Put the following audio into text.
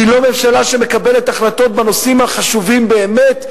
היא לא ממשלה שמקבלת החלטות בנושאים החשובים באמת.